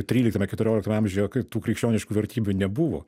tryliktame keturioliktame amžiuje tų krikščioniškų vertybių nebuvo